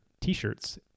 t-shirts